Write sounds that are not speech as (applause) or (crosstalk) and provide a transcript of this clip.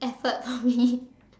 effort for me (laughs)